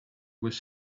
was